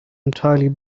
entirely